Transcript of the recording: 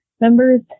members